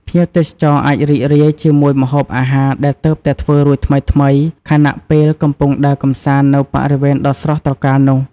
ភ្ញៀវទេសចរអាចរីករាយជាមួយម្ហូបអាហារដែលទើបតែធ្វើរួចថ្មីៗ ខណៈពេលកំពុងដើរកម្សាន្តនៅបរិវេណដ៏ស្រស់ត្រកាលនោះ។